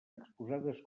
exposades